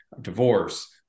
Divorce